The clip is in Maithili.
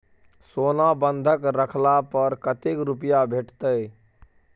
सोना बंधक रखला पर कत्ते रुपिया भेटतै?